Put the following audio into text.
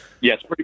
Yes